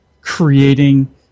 creating